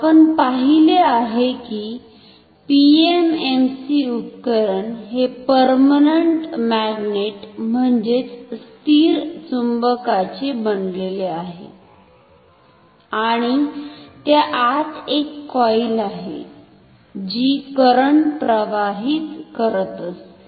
आपण पाहिले आहे की PMMC उपकरण हे पर्मनंट मॅग्नेट म्हणजेच स्थिर चुंबकाचे बनलेले आहे आणि त्या आत एक कॉईल आहे जी करंट प्रवाहित करत असते